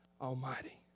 Almighty